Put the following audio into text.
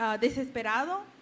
desesperado